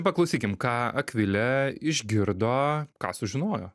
paklausykim ką akvilė išgirdo ką sužinojo